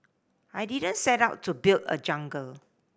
I didn't set out to build a jungle